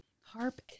Harp